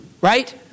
right